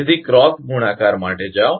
તેથી ક્રોસ ગુણાકાર માટે જાઓ